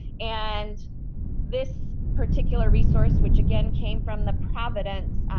and this particular resource which again came from the providence